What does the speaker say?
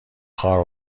خوار